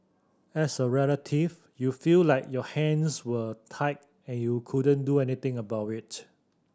as a relative you feel like your hands were tied and you couldn't do anything about it